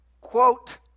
quote